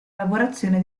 lavorazione